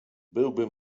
byłby